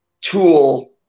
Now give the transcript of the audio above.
tool